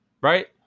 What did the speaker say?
Right